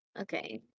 Okay